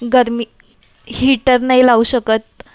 गरमी हीटर नाही लावू शकत